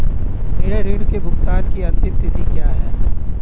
मेरे ऋण के भुगतान की अंतिम तिथि क्या है?